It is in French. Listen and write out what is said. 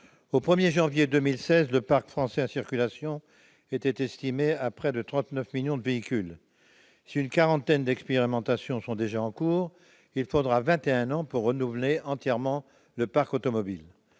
Au 1 janvier 2016, le parc français de véhicules en circulation était estimé à près de 39 millions d'unités. Si une quarantaine d'expérimentations sont déjà en cours, il faudra vingt et un ans pour renouveler entièrement le parc automobile.